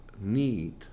need